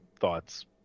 thoughts